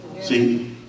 See